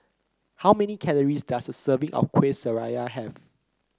how many calories does a serving of Kuih Syara have